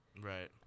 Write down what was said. right